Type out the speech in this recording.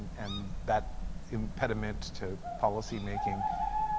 and that impediment to policymaking.